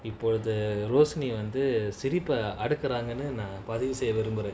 வந்துசிரிப்பைஅடக்குறாங்கனுநான்பதிவுசெய்யவிரும்புறேன்:vandhu siripai adakuranganu nan pathivu seyya virumburen